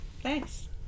Thanks